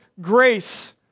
grace